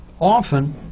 often